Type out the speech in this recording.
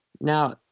Now